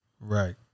Right